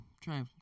try